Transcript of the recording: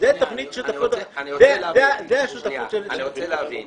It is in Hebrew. אני רוצה להבין.